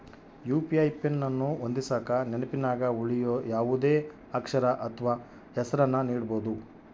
UPI PIN ಅನ್ನು ಹೊಂದಿಸಕ ನೆನಪಿನಗ ಉಳಿಯೋ ಯಾವುದೇ ಅಕ್ಷರ ಅಥ್ವ ಹೆಸರನ್ನ ನೀಡಬೋದು